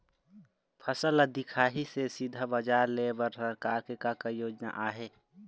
फसल ला दिखाही से सीधा बजार लेय बर सरकार के का योजना आहे?